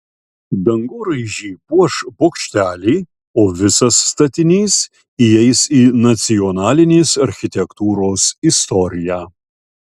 dangoraižį puoš bokšteliai o visas statinys įeis į nacionalinės architektūros istoriją